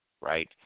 right